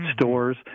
stores